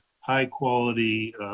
high-quality